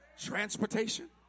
transportation